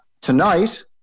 tonight